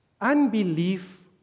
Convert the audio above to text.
Unbelief